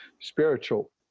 spiritual